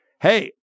hey